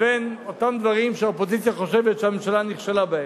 לבין אותם דברים שהאופוזיציה חושבת שהממשלה נכשלה בהם.